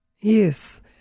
Yes